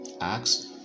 Acts